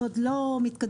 עוד לא מתקדמים,